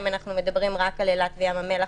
האם אנחנו מדברים רק על אילת וים המלח,